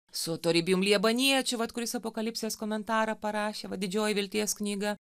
su toribijum libaniečiu vat kuris apokalipsės komentarą parašė va didžioji vilties knyga